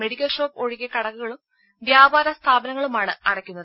medical shop ഒഴികെ കടകളും വ്യാപാര സ്ഥാപനങ്ങളുമാണ് അടക്കുന്നത്